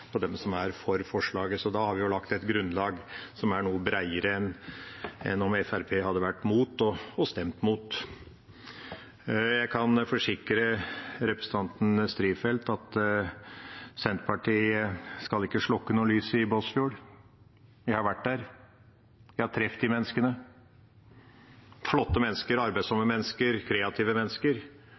har vi lagt et grunnlag som er noe bredere enn om Fremskrittspartiet hadde vært mot og stemt mot. Jeg kan forsikre representanten Strifeldt om at Senterpartiet ikke skal slokke noen lys i Båtsfjord. Jeg har vært der. Jeg har truffet de menneskene – flotte mennesker, arbeidsomme mennesker, kreative mennesker.